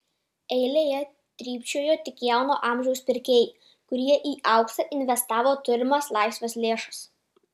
eilėje trypčiojo tik jauno amžiaus pirkėjai kurie į auksą investavo turimas laisvas lėšas